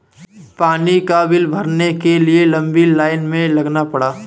पानी का बिल भरने के लिए लंबी लाईन में लगना पड़ा